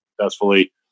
successfully